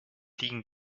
liegen